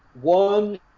one